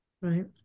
Right